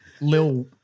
Lil